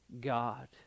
God